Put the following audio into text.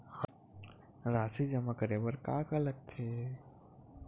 राशि जमा करे बर का का लगथे?